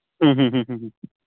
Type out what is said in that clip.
ಹ್ಞೂ ಹ್ಞೂ ಹ್ಞೂ ಹ್ಞೂ ಹ್ಞೂ